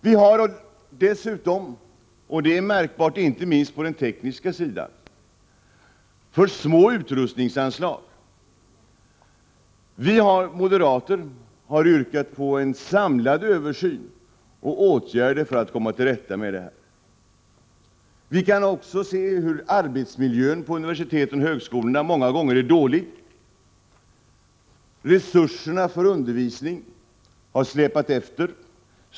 Vi har dessutom — och det är märkbart inte minst på den tekniska sidan — för små utrustningsanslag. Vi moderater har yrkat på en samlad översyn och åtgärder för att komma till rätta med detta. Vi kan också se hur arbetsmiljön på universitet och högskolor många gånger är dålig. Resurserna för undervisning har släpat efter.